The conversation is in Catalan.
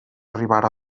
arribara